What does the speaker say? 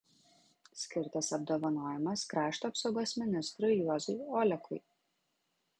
skirtas apdovanojimas krašto apsaugos ministrui juozui olekui